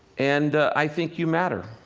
and i think you matter.